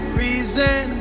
reason